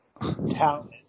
talent